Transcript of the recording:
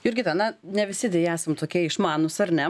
jurgita na ne visi deja esam tokie išmanūs ar ne